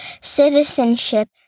citizenship